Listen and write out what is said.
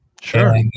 sure